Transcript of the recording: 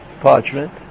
parchment